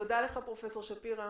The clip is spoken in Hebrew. תודה לך, פרופ' שפירא.